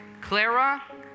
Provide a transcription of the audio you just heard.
Clara